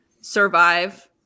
survive